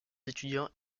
étudiants